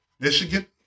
Michigan